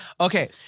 Okay